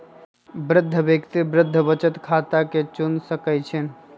वृद्धा व्यक्ति वृद्धा बचत खता के चुन सकइ छिन्ह